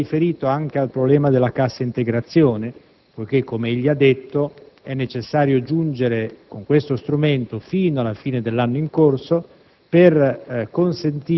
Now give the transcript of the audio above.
In modo particolare si è riferito al problema della cassa integrazione, poiché, come egli ha detto, è necessario giungere con questo strumento fino alla fine dell'anno in corso